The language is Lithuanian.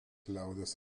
liaudies